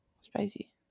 Spicy